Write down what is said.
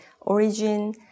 origin